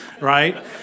right